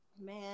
Man